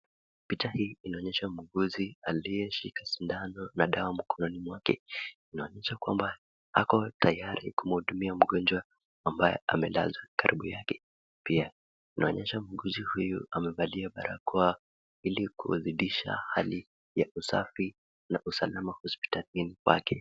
Picha hii inaonyesha muuguzi aliye shika sindano na dawa mkononi mwake, inaonyesha kwamba ako tayari kumuhudumia mgonjwa ambaye amelazwa karibu yake, pia inaonyesha muuguzi huyu amevalia barakoa ili kuzidisha hali ya usafi na usalama hosipitalini pake.